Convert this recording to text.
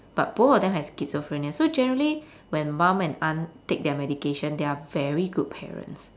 but both of them have schizophrenia so generally when mum and aunt take their medication they are very good parents